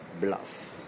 bluff